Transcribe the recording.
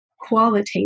qualitative